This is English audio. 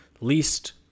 least